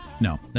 no